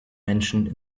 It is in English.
mentioned